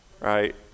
right